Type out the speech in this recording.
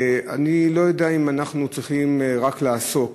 אני לא יודע אם אנחנו צריכים לעסוק